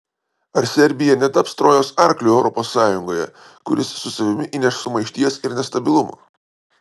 ar serbija netaps trojos arkliu europos sąjungoje kuris su savimi įneš sumaišties ir nestabilumo